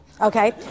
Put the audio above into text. okay